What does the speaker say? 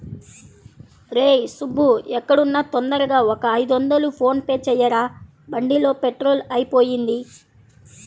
రేయ్ సుబ్బూ ఎక్కడున్నా తొందరగా ఒక ఐదొందలు ఫోన్ పే చెయ్యరా, బండిలో పెట్రోలు అయిపొయింది